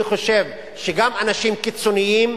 אני חושב שגם אנשים קיצוניים,